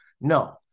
no